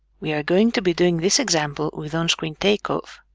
we are going to be doing this example with on-screen take-off,